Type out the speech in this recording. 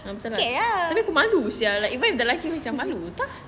kerana aku malu sia like even lelaki macam malu tak